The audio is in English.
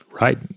Right